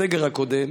בסגר הקודם,